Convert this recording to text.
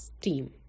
team